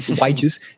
wages